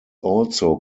also